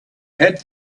had